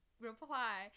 reply